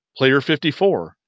PLAYER54